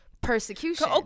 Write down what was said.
persecution